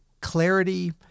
clarity